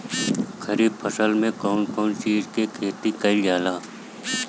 खरीफ फसल मे कउन कउन चीज के खेती कईल जाला?